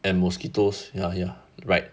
and mosquitoes ya ya right